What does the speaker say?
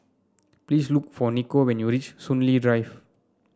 please look for Niko when you reach Soon Lee Drive